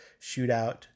shootout